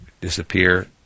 disappear